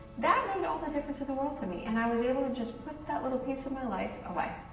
that made all the difference of the world to me. and i was able to just put that little piece of my life away.